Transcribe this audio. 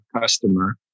customer